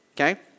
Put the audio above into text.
okay